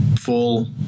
full